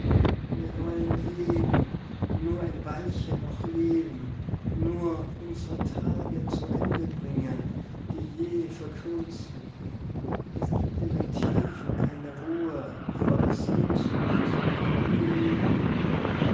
wir wollen leben nur ein weilchen noch leben nur unsre tage zu ende bringen die jäh verkürzten es gibt in den tiefen keine ruhe vor der sehnsucht nach dem leben